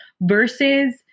versus